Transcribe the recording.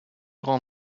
grand